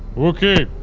okay